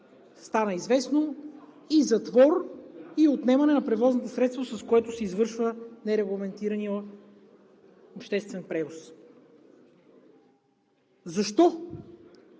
стана известно, и затвор, и отнемане на превозното средство, с което се извършва нерегламентираният обществен превоз. Защо?